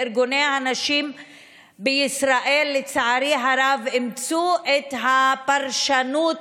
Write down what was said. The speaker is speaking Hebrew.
ארגוני הנשים בישראל לצערי הרב אימצו את הפרשנות